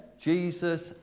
Jesus